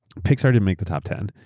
pixar didn't make the top ten.